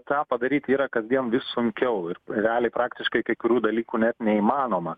tą padaryt yra kasdien vis sunkiau ir realiai praktiškai kai kurių dalykų net neįmanoma